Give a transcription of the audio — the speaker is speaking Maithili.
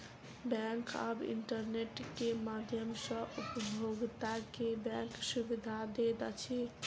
बैंक आब इंटरनेट के माध्यम सॅ उपभोगता के बैंक सुविधा दैत अछि